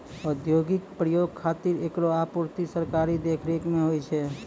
औद्योगिक प्रयोग खातिर एकरो आपूर्ति सरकारी देखरेख म होय छै